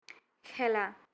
খেলা